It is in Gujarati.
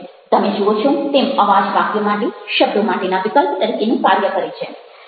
તમે જુઓ છો તેમ અવાજ વાક્યો માટે શબ્દો માટેના વિકલ્પ તરીકેનું કાર્ય કરે છે